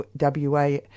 WA